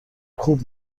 خوب